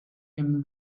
him